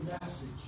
message